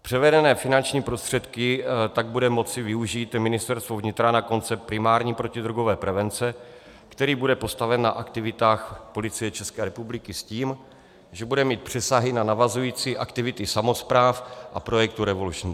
Převedené finanční prostředky tak bude moci využít Ministerstvo vnitra na koncept primární protidrogové prevence, který bude postaven na aktivitách Policie České republiky s tím, že bude mít přesahy na navazující aktivity samospráv a projektu Revolution train.